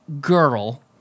girl